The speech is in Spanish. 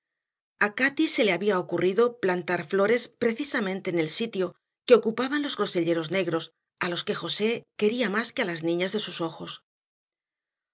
cati se le había ocurrido plantar flores precisamente en el sitio que ocupaban los groselleros negros a los que josé quería más que a las niñas de sus ojos